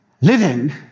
Living